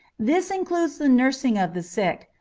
this includes the nursing of the sick,